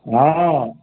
हॅं